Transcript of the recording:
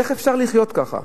איך אפשר לחיות ככה?